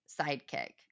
sidekick